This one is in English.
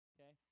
Okay